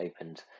opened